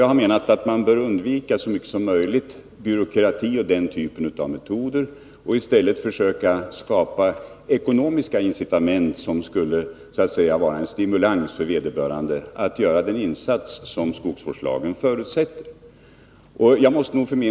Jag har menat att man bör undvika byråkrati och den typen av metoder så mycket som möjligt och i stället försöka skapa ett ekonomiskt incitament som skulle vara en stimulans för vederbörande skogsägare att göra den insats som skogsvårdslagen förutsätter.